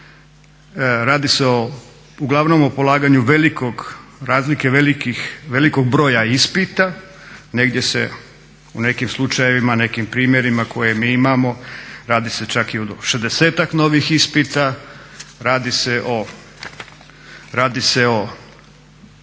radi se uglavnom o polaganju velikog, razlike velikih, velikog broja ispita, negdje se u nekim slučajevima, nekim primjerima koje mi imao radi se čak i o šezdesetak novih ispita, radi se o